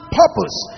purpose